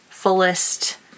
fullest